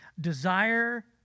desire